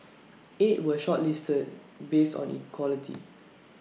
eight were shortlisted based on equality